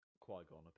Qui-Gon